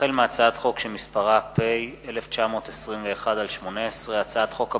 החל בהצעת חוק פ/1921/18 וכלה בהצעת חוק פ/1936/18,